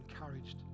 encouraged